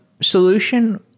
solution